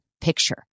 picture